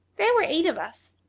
there were eight of us,